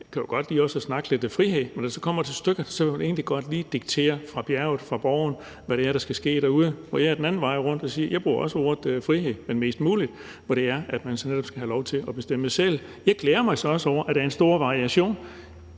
godt kan lide at snakke lidt frihed, men når det så kommer til stykket, vil man egentlig godt fra bjerget, fra Borgen, lige diktere, hvad det er, der skal ske derude. Jeg går den anden vej rundt og siger, at jeg bruger ordet frihed, men mest mulig frihed, for man skal netop have lov til at bestemme selv. Jeg glæder mig så også over, at der er en stor variation.